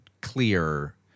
clear